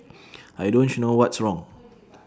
I don't know what's wrong